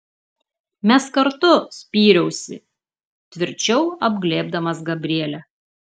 mes kartu spyriausi tvirčiau apglėbdamas gabrielę